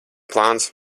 plāns